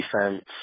defense